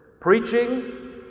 preaching